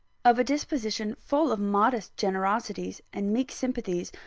of a disposition full of modest generosities and meek sympathies,